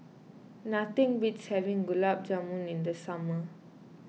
nothing beats having Gulab Jamun in the summer